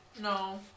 No